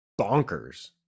bonkers